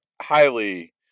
highly